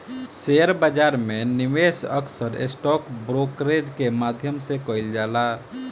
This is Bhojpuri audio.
शेयर बाजार में निवेश अक्सर स्टॉक ब्रोकरेज के माध्यम से कईल जाला